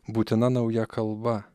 būtina nauja kalba